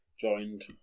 joined